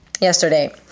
yesterday